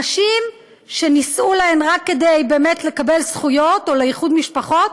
נשים שנישאו להן רק כדי באמת לקבל זכויות או לאיחוד משפחות,